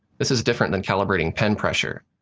this is different than calibrating pen pressure.